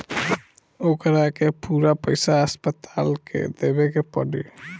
ओकरा के पूरा पईसा अस्पताल के देवे के पड़ी